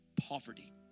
poverty